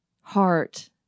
heart